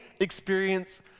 experience